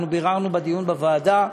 אנחנו ביררנו בדיון בוועדה,